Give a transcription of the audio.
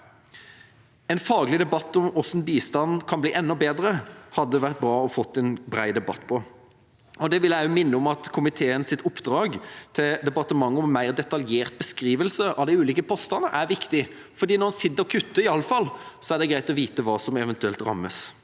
En faglig debatt om hvordan bistanden kan bli enda bedre, hadde det vært bra å få en bred debatt om. Jeg vil også minne om at komiteens oppdrag til departementet om en mer detaljert beskrivelse av de ulike postene er viktig. I alle fall når en sitter og kutter, er det greit å vite hva som eventuelt rammes.